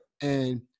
And-